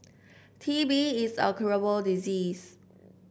T B is a curable disease